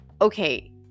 okay